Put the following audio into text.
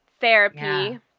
therapy